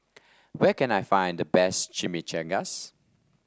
where can I find the best Chimichangas